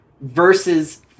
versus